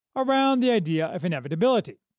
around the idea of inevitability.